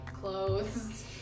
clothes